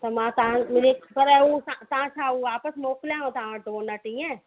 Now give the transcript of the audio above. त मां तव्हां मुंहिंजो पर हू तव्हां छा हू वापिसि मोकिलियाव तव्हां वटि डोनट ईअं